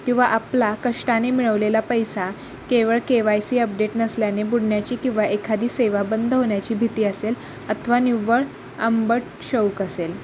किंवा आपला कष्टाने मिळवलेला पैसा केवळ के वाय सी अपडेट नसल्याने बुडण्याची किंवा एखादी सेवा बंद होण्याची भीती असेल अथवा निव्वळ आंबट शौक असेल